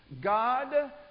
God